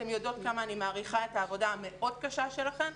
אתן יודעות כמה אני מעריכה את העבודה המאוד קשה שלכן,